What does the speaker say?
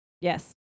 yes